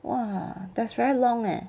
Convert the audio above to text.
!wah! that's very long leh